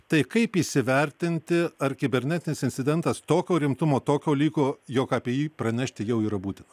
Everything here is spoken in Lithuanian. tai kaip įsivertinti ar kibernetinis incidentas tokio rimtumo tokio liko jog apie jį pranešti jau yra būtina